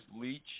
leach